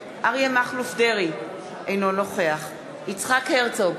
אריה מכלוף דרעי, אינו נוכח יצחק הרצוג,